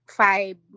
five